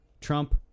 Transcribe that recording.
Trump